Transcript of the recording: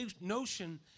notion